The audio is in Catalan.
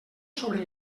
sobre